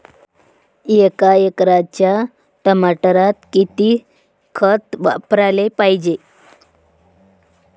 एका एकराच्या टमाटरात किती खत वापराले पायजे?